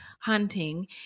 hunting